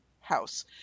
house